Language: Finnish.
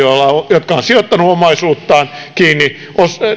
jotka ovat sijoittaneet omaisuuttaan kiinni